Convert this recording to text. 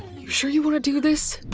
you sure you wanna do this?